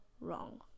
wrong